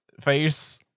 face